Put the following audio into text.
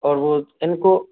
और वह इनको